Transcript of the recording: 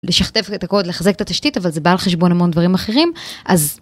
לשכתב את הקוד, לחזק את התשתית, אבל זה בא על חשבון למון דברים אחרים, אז...